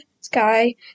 Sky